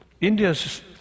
India's